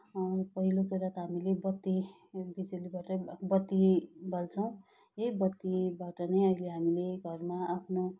पहिलो कुरो त हामीले बत्ती बिजुलीबाटै बत्ती बाल्छौँ यही बत्तीबाट नै अहिले हामीले घरमा आफ्नो